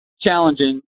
challenging